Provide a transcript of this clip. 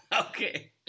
Okay